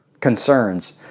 concerns